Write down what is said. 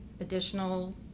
additional